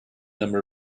number